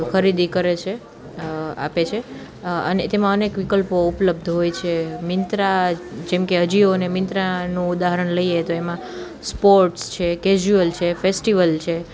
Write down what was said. ખરીદી કરે છે આપે છે અને તેમાં અનેક વિકલ્પો ઉપલબ્ધ હોય છે મીંત્રા જેમકે અજીઓને મીંત્રાનું ઉદાહરણ લઈએ તો એમાં સ્પોર્ટ્સ છે કેઝ્યુઅલ છે ફેસ્ટિવલ છે